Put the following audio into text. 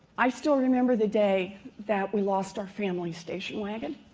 i still remember the day that we lost our family station wagon